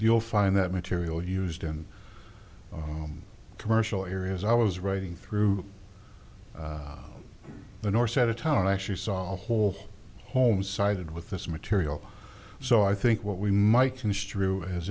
you'll find that material used in commercial areas i was writing through the north side of town actually saw a whole home side with this material so i think what we might construe as